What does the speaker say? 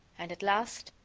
and, at last,